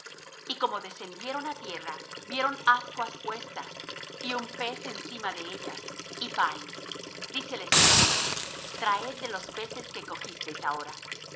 y como descendieron á tierra vieron ascuas puestas y un pez encima de ellas y pan díceles jesús traed de los peces que cogisteis ahora